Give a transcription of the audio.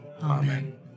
Amen